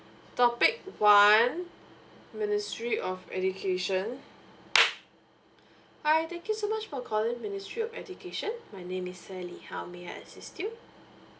topic one ministry of education hi thank you so much for calling ministry of education my name is sally how may I assist you